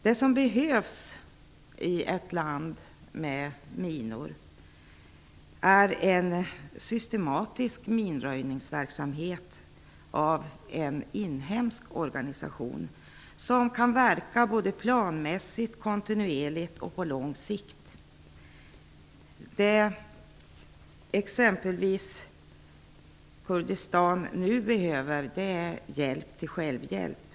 Det som behövs i ett land med minor är en systematisk minröjningsverksamhet av en inhemsk organisation som kan verka planmässigt, kontinuerligt och på lång sikt. Vad Kurdistan nu behöver är hjälp till självhjälp.